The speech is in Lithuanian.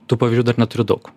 tų pavyzdžių dar neturiu daug